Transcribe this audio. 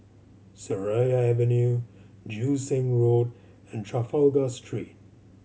Seraya Avenue Joo Seng Road and Trafalgar Street